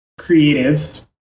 creatives